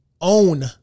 own